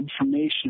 information